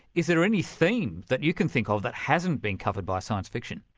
is there any theme that you can think of that hasn't been covered by science fiction?